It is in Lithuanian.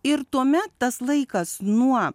ir tuomet tas laikas nuo